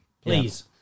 Please